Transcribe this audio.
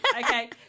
okay